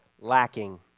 lacking